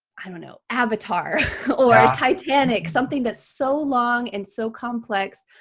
i don't know, avatar or titanic, something that's so long and so complex,